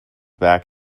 back